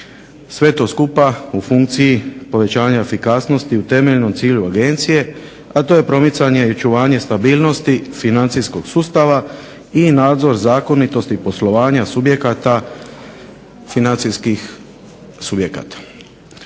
Sve to skupa u funkciji povećanja efikasnosti u temeljnom cilju Agencije a to je promicanje i očuvanje stabilnosti financijskog sustava i nadzor zakonitosti i poslovanja subjekata financijskih subjekata.